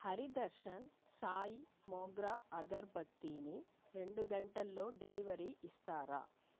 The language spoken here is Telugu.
హరి దర్శన్ సాయి మోగ్రా అగరబత్తీని రెండు గంటల్లో డెలివరీ ఇస్తారా